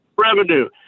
revenue